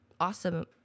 awesome